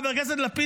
חבר הכנסת לפיד,